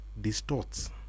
distorts